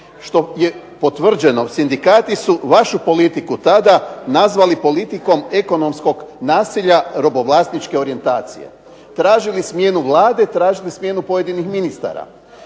što je potvrđeno, sindikati su vašu politiku tada nazvali politikom ekonomskog nasilja robovlasničke orijentacije. Tražili smjenu Vlade, tražili smjenu pojedinih ministara.